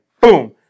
boom